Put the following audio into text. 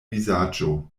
vizaĝo